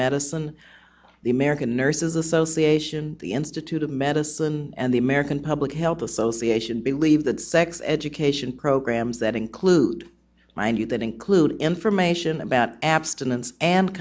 medicine the american nurses association the institute of medicine and the american public health association believe that sex education programs that include mind you that include information about abstinence and